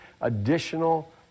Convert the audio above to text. additional